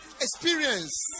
experience